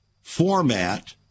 format